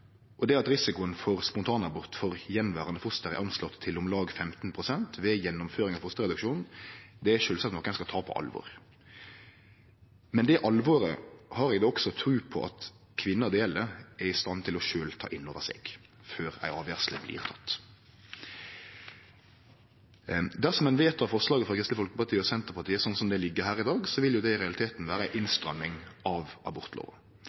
risikoen for spontanabort for gjenverande foster er anslått til om lag 15 pst. ved gjennomføringa av fosterreduksjonen, er sjølvsagt noko ein skal ta på alvor. Men det alvoret har eg tru på at kvinna det gjeld, er i stand til sjølv å ta inn over seg før ei avgjersle blir teken. Dersom ein vedtek forslaget frå Kristeleg Folkeparti og Senterpartiet slik det ligg her i dag, vil det i realiteten vere ei innstramming av abortlova.